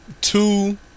Two